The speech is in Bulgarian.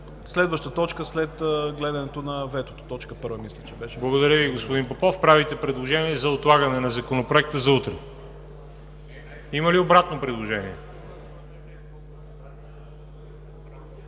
следваща точка, след гледането на ветото, точка първа мисля, че беше. ПРЕДСЕДАТЕЛ ВАЛЕРИ ЖАБЛЯНОВ: Благодаря, господин Попов. Правите предложение за отлагане на Законопроекта за утре. Има ли обратно предложение?